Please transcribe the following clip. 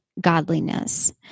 godliness